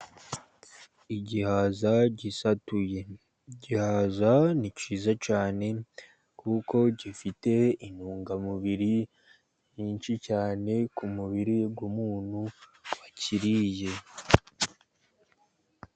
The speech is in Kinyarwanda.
Igihaza gisatuye , igihaza ni cyiza cyane , kuko gifite intungamubiri nyinshi cyane ku mubiri w'umuntu wakiriye.